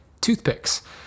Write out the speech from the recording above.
toothpicks